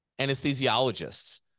anesthesiologists